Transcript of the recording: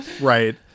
Right